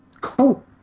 Cool